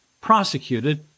prosecuted